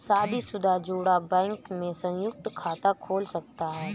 शादीशुदा जोड़ा बैंक में संयुक्त खाता खोल सकता है